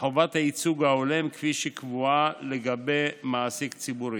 בחובת הייצוג ההולם כפי שהיא קבועה לגבי מעסיק ציבורי.